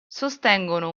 sostengono